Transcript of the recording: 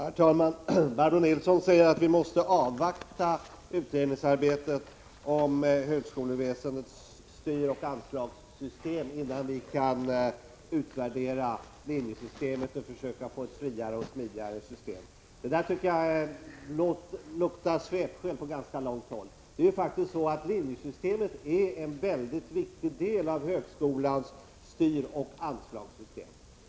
Herr talman! Barbro Nilsson säger att vi måste avvakta utredningsarbetet om högskoleväsendets styroch anslagssystem innan vi kan utvärdera linjesystemet och försöka få till stånd ett friare och smidigare system. Det tycker jag luktar svepskäl på långt håll. Linjesystemet är faktiskt en mycket viktig del av högskolans styroch anslagssystem.